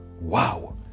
Wow